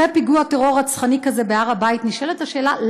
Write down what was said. אחרי פיגוע טרור רצחני כזה בהר הבית נשאלת השאלה,